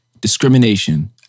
discrimination